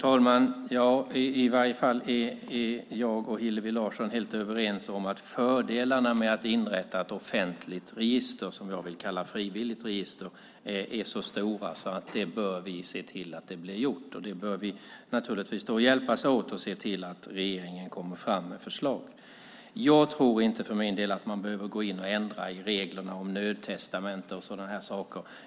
Fru talman! Jag och Hillevi Larsson är i alla fall helt överens om att fördelarna med att inrätta ett offentligt register, som jag vill kalla frivilligt register, är så stora att vi bör se till att det blir gjort. Vi bör naturligtvis hjälpas åt att se till att regeringen kommer med ett förslag. Jag tror inte att man behöver ändra i reglerna om nödtestamente.